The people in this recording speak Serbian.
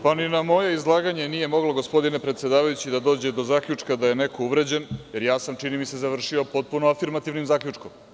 Pa ni na moje izlaganje nije moglo, gospodine predsedavajući, da dođe do zaključka da je neko uvređen, jer ja sam, čini mi se, završio potpuno afirmativnim zaključkom.